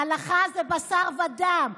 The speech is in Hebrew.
ההלכה זה בשר ודם.